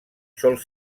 sol